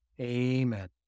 Amen